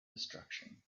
destruction